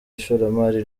ishoramari